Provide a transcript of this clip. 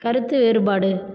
கருத்து வேறுபாடு